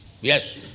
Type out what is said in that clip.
Yes